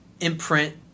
imprint